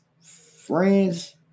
friends